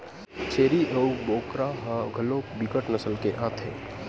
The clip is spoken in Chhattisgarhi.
छेरीय अऊ बोकरा ह घलोक बिकट नसल के आथे